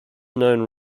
known